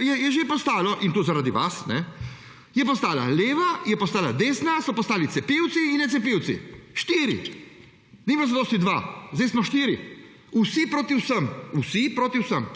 Je že postala, in to zaradi vas, je postala leva, je postala desna, so postali cepilci in necepilci. Štiri. Ni bilo zadosti dve. Zdaj smo štirje. Vsi proti vsem. Vsi proti vsem.